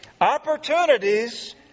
opportunities